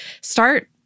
start